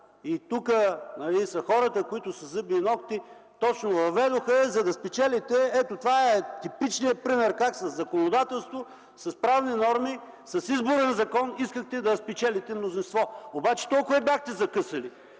Тук са хората, които я въведоха със зъби и нокти, за да спечелите. Това е типичният пример как със законодателство, с правни норми, с изборен закон искахте да спечелите мнозинство. Обаче толкова бяхте закъсали,